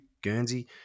Guernsey